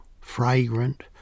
fragrant